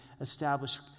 established